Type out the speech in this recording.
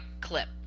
clip